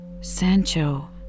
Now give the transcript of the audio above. Sancho